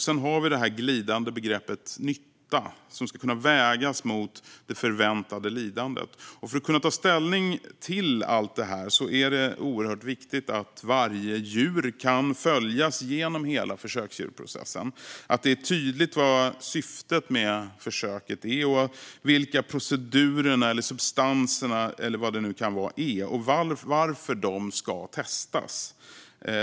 Sedan har vi det glidande begreppet "nytta", som ska kunna vägas mot det förväntade lidandet. För att kunna ta ställning till allt detta är det oerhört viktigt att varje djur kan följas genom hela djurförsöksprocessen och att det är tydligt vilket syftet med försöket är, vilka procedurerna, substanserna eller vad det nu kan vara är och varför de ska testas.